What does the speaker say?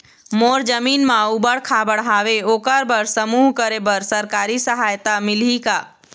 मोर जमीन म ऊबड़ खाबड़ हावे ओकर बर समूह करे बर सरकारी सहायता मिलही का?